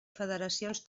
federacions